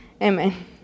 amen